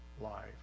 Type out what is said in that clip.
life